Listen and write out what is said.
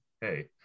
hey